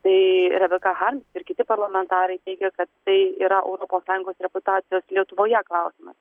tai rebeka harms ir kiti parlamentarai teigė kad tai yra europos sąjungos reputacijos lietuvoje klausimas